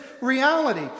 reality